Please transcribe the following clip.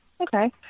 Okay